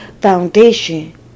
foundation